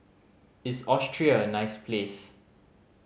is Austria a nice place